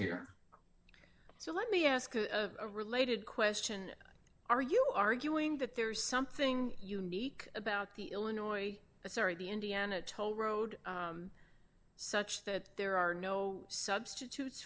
here so let me ask a related question are you arguing that there is something unique about the illinois sorry the indiana toll road such that there are no substitutes